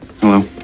Hello